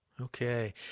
Okay